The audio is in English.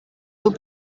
will